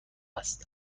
است